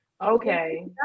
Okay